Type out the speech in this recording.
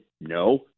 No